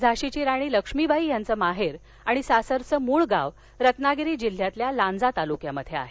झाशीची राणी लक्ष्मीबाई हिचं माहेर आणि सासरचं मूळ गाव रत्नागिरी जिल्ह्यातल्या लांजा तालुक्यात आहे